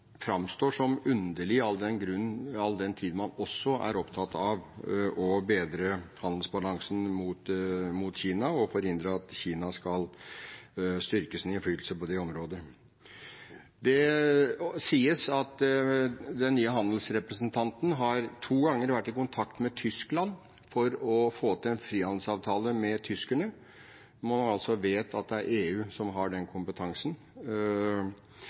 framstår som underlig, all den tid man også er opptatt av å bedre handelsbalansen mot Kina og forhindre at Kina skal styrke sin innflytelse på det området. Det sies at den nye handelsrepresentanten to ganger har vært i kontakt med Tyskland for å få til en frihandelsavtale med tyskerne, når man altså vet at det er EU som har den kompetansen.